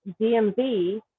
DMV